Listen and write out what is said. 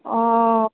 অ